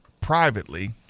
privately